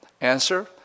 Answer